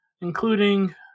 including